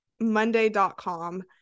Monday.com